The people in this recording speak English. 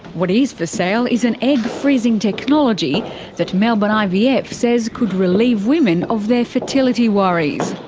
what is for sale is an egg freezing technology that melbourne ivf yeah ivf says could relieve women of their fertility worries.